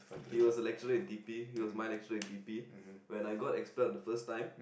he was a lecturer in D_P he was my lecturer in D_P when I got expert the first time